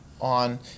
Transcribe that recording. on